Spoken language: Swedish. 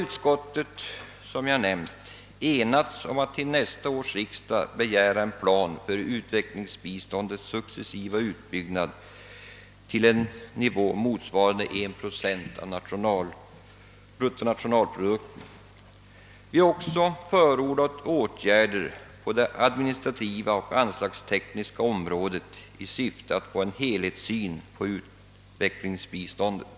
Utskottet har, som jag nämnde, enats om att till nästa års riksdag begära en plan för utvecklingsbiståndets successiva utbyggnad till en nivå motsvarande 1 procent av bruttonationalprodukten. Utskottet har också förordat åtgärder på det administrativa och anslagstekniska området i syfte att åstadkomma en helhetssyn på utvecklingsbiståndet.